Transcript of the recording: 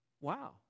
wow